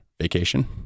vacation